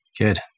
Good